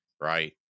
right